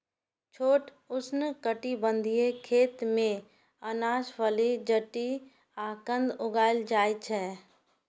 छोट उष्णकटिबंधीय खेत मे अनाज, फली, जड़ि आ कंद उगाएल जाइ छै